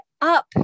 up